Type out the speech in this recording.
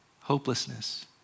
Hopelessness